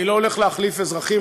אני לא הולך להחליף אזרחים,